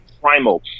primal